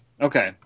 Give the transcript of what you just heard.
Okay